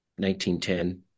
1910